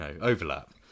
overlap